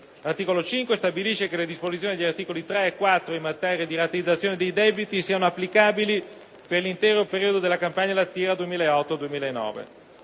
L'articolo 5 stabilisce che le disposizioni degli articoli 3 e 4 in materia di rateizzazione dei debiti siano applicabili per l'intero periodo della campagna lattiera 2008-2009.